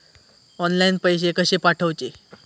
Online पैसे कशे पाठवचे?